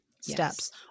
steps